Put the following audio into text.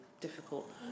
difficult